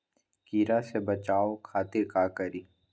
कीरा से बचाओ खातिर का करी?